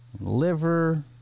Liver